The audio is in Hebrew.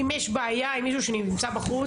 אז יש שני אנשים יותר, עליי.